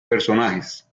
personajes